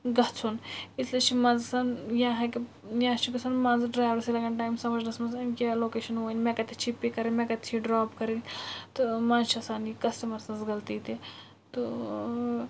گژھُن اِسلیے چھُ منٛزٕ آسان یا ہیٚکہِ یا چھُ گژھان منٛزٕ ڈرٛایورَسٕے لَگان ٹایم سَمجھنَس منٛز أمۍ کیٛاہ لوکیشَن ؤنۍ مےٚ کَتیٚتھ چھِ یہِ پِک کَرٕنۍ مےٚ کَتیٚتھ چھِ یہِ ڈرٛاپ کَرٕنۍ تہٕ منٛزٕ چھِ آسان یہِ کَسٹمَر سٕنٛز غلطی تہِ تہٕ ٲں